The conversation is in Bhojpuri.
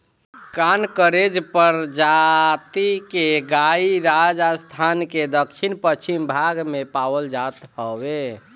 कांकरेज प्रजाति के गाई राजस्थान के दक्षिण पश्चिम भाग में पावल जात हवे